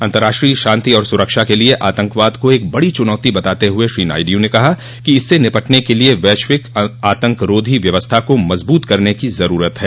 अंतराष्ट्रीय शांति और सुरक्षा के लिए आतंकवाद को एक बड़ी चुनौती बताते हुए श्री नायडू ने कहा कि इससे निपटने के लिए वैश्विक आतंकरोधी व्यवस्था को मजबूत करने की जरूरत है